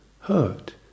hurt